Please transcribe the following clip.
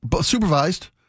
supervised